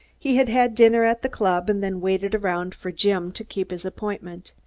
he had had dinner at the club and then waited around for jim to keep his appointment.